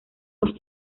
los